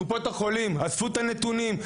קופות החולים אספו את הנתונים?